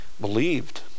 believed